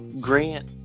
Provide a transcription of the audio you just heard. Grant